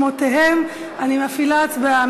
מקומותיהם, אני מפעילה הצבעה.